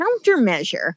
countermeasure